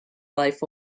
life